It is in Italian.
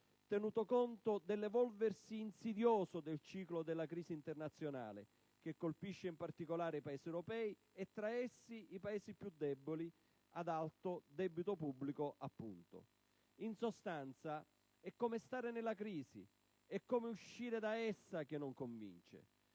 tenuto conto dell'evolversi insidioso del ciclo della crisi internazionale che colpisce in particolare i Paesi europei e, tra essi, i Paesi più deboli, ad alto debito pubblico. In sostanza, è il come stare nella crisi e il come uscirne che non convincono.